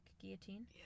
guillotine